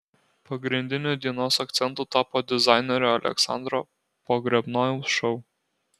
pagrindiniu dienos akcentu tapo dizainerio aleksandro pogrebnojaus šou